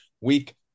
week